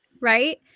right